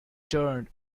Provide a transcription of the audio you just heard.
turned